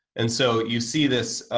and so, you see this,